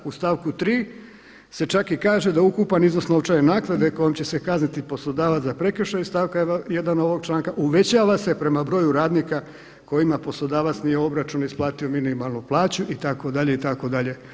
U stavku 3. se čak i kaže da ukupan iznos novčane naknade kojom će se kazniti poslodavac za prekršaj stavka 1. ovog članka uvećava se prema broju radnika kojima poslodavac nije obračun isplatio minimalnu plaću itd., itd.